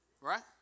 right